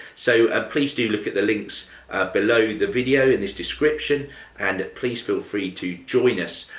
so a please do look at the links below the video in this description and please feel free to join us.